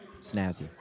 Snazzy